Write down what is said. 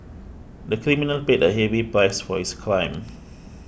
the criminal paid a heavy price for his crime